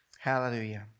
Hallelujah